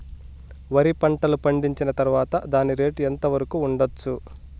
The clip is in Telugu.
వరి పంటలు పండించిన తర్వాత దాని రేటు ఎంత వరకు ఉండచ్చు